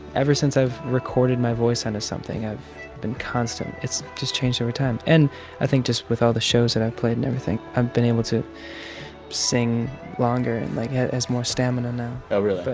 ever since i've recorded my voice onto something, i've been constant it's just changed over time. and i think just with all the shows that i've played and everything, i've been able to sing longer and, like, it has more stamina now oh, really?